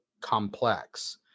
complex